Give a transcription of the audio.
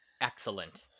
Excellent